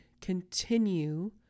continue